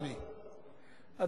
אני אענה לו.